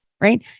Right